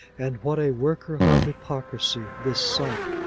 and what a worker of hypocrisy this sight,